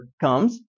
comes